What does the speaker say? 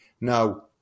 Now